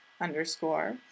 underscore